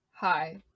Hi